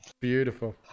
beautiful